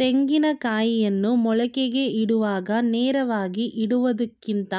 ತೆಂಗಿನ ಕಾಯಿಯನ್ನು ಮೊಳಕೆಗೆ ಇಡುವಾಗ ನೇರವಾಗಿ ಇಡುವುದಕ್ಕಿಂತ